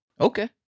Okay